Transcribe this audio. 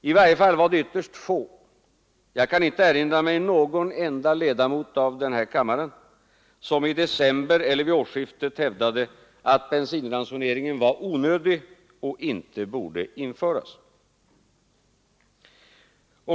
I varje fall var det ytterst få — jag kan inte erinra mig någon enda ledamot av denna kammare som i december eller vid årsskiftet hävdade att bensinransoneringen var onödig och inte borde införas.